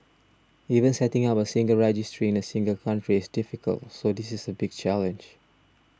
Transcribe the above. even setting up a single registry in a single country is difficult so this is a big challenge